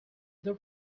this